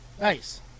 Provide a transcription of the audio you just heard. Nice